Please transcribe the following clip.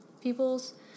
peoples